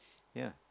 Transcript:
ya